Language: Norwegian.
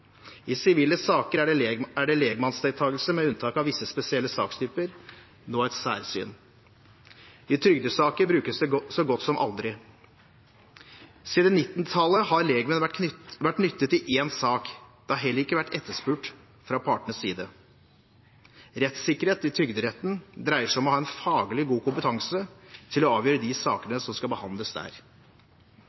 I sivile saker er legmannsdeltagelse, med unntak av visse spesielle sakstyper, nå et særsyn. I trygdesaker brukes det så godt som aldri. Siden 1990-tallet har legmenn vært nyttet i én sak. Det har heller ikke vært etterspurt fra partenes side. Rettssikkerhet i Trygderetten dreier seg om å ha en faglig god kompetanse til å avgjøre de sakene som skal behandles der.